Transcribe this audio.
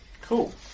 Cool